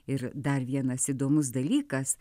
ir dar vienas įdomus dalykas